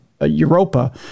Europa